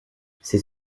c’est